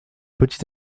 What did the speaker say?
petit